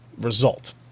result